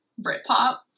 Britpop